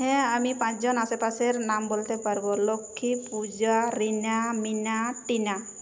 হ্যাঁ আমি পাঁচজন আশেপাশের নাম বলতে পারব লক্ষ্মী পূজা রিনা মিনা টিনা